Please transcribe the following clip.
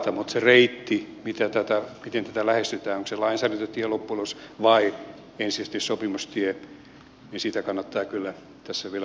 mutta sitä reittiä miten tätä lähestytään onko se lainsäädäntötie loppujen lopuksi vai ensisijaisesti sopimustie kannattaa kyllä tässä vielä huolella harkita